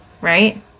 Right